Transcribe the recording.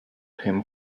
him